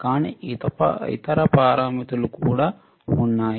కానీ ఇతర పారామితులు కూడా ఉన్నాయి